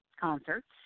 concerts